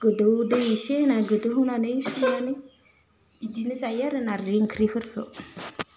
गोदौ दै एसे होनानै गोदौ होनानै सुनानै बिदिनो जायो आरो नारजि ओंख्रिफोरखौ